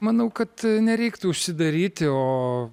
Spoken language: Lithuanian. manau kad nereiktų užsidaryti o